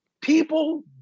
People